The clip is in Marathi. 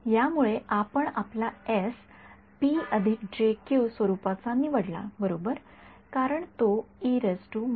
यामुळे आपण आपला एस स्वरुपाचा निवडला बरोबर कारण तो आहे